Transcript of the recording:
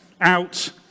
out